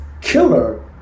killer